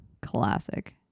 classic